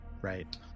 Right